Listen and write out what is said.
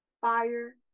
fire